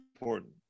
important